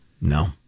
no